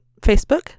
facebook